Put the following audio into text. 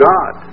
God